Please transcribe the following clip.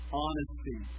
honesty